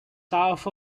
south